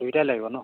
দুইটাই লাগিব নহ্